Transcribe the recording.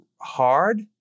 hard